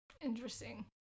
Interesting